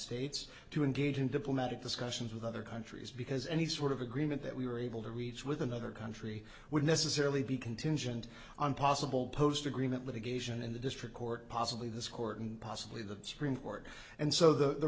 states to engage in diplomatic discussions with other countries because any sort of agreement that we were able to reach with another country would necessarily be contingent on possible post agreement litigation in the district court possibly this court and possibly the supreme court and so the